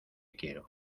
quiero